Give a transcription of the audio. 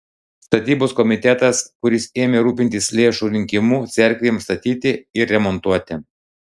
statybos komitetas kuris ėmė rūpintis lėšų rinkimu cerkvėms statyti ir remontuoti